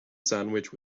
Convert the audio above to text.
sandwich